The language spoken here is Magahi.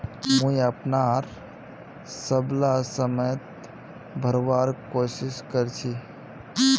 मुई अपनार सबला समय त भरवार कोशिश कर छि